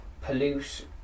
pollute